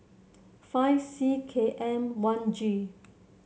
five C K M one G